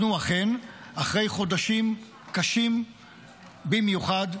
אנחנו אכן אחרי חודשים קשים במיוחד,